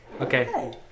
Okay